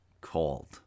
called